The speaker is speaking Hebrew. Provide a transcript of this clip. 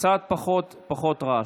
קצת פחות רעש.